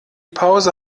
pause